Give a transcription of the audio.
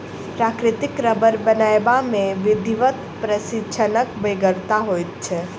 प्राकृतिक रबर बनयबा मे विधिवत प्रशिक्षणक बेगरता होइत छै